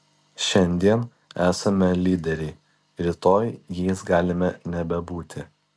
šiandien esame lyderiai rytoj jais galime nebebūti